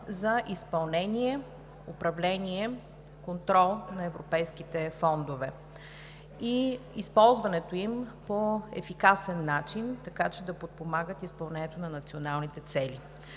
за изпълнение, управление, контрол на европейските фондове и използването им по ефикасен начин, така че да подпомагат изпълнението на националните цели.